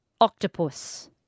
Octopus